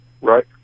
right